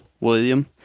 William